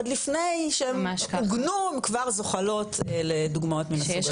עוד לפני שהם עוגנו הם כבר זוחלות לדוגמאות מהסוג הזה.